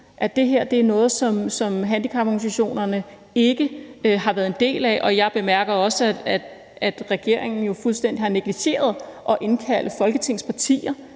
at det her er noget, som handicaporganisationerne ikke har været en del af. Jeg bemærker også, at regeringen fuldstændig har negligeret at indkalde Folketingets partier